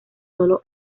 sólo